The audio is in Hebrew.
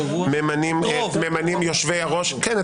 ממנים יושבי הראש -- רוב -- כן,